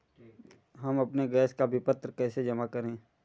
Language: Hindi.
हम अपने गैस का विपत्र कैसे जमा करें?